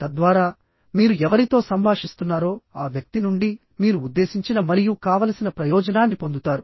తద్వారా మీరు ఎవరితో సంభాషిస్తున్నారో ఆ వ్యక్తి నుండి మీరు ఉద్దేశించిన మరియు కావలసిన ప్రయోజనాన్ని పొందుతారు